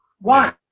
one